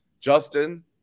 Justin